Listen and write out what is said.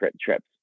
trips